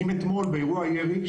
אם אתמול באירוע ירי,